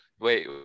Wait